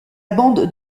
bande